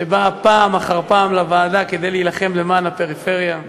שבאה פעם אחר פעם לוועדה כדי להילחם למען הפריפריה.